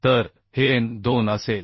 तर हे n2 असेल